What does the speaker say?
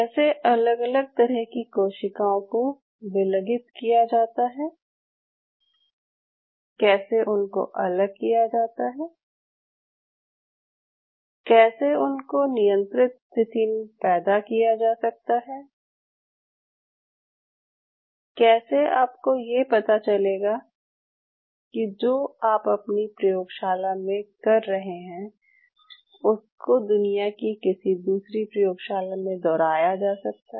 कैसे अलग अलग तरह की कोशिकाओं को विलगित किया जाता है कैसे उनको अलग किया जाता है कैसे उनको नियंत्रित स्थिति में पैदा किया जा सकता है कैसे आपको ये पता चलेगा कि जो आप अपनी प्रयोगशाला में कर रहे हैं उसको दुनिया की किसी दूसरी प्रयोगशाला में दोहराया जा सकता है